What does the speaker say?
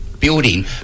building